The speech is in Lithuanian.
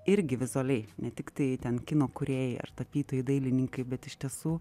irgi vizualiai ne tiktai ten kino kūrėjai ar tapytojai dailininkai bet iš tiesų